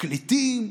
קליטים,